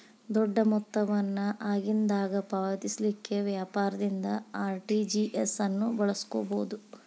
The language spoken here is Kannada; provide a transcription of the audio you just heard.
ದೊಡ್ಡ ಮೊತ್ತ ವನ್ನ ಆಗಿಂದಾಗ ಪಾವತಿಸಲಿಕ್ಕೆ ವ್ಯಾಪಾರದಿಂದ ಆರ್.ಟಿ.ಜಿ.ಎಸ್ ಅನ್ನು ಬಳಸ್ಕೊಬೊದು